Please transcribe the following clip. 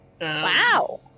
Wow